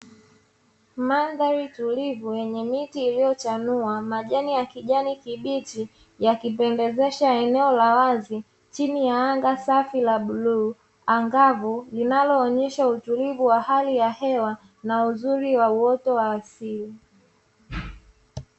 Mandhari tulivyo wenye miti iliyochanua majani ya kijani kibichi ya kipendezesha eneo la wazi chini ya anga safi la bluu angavu, linaloonyesha utulivu wa hali ya hewa na uzuri wa uoto wa asili.